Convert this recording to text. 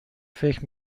فکر